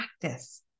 practice